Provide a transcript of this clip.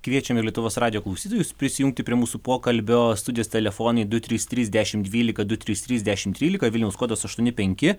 kviečiame lietuvos radijo klausytojus prisijungti prie mūsų pokalbio studijos telefonai du trys trys dešim dvylika du trys trys dešim trylika vilniaus kodas aštuoni penki